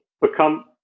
become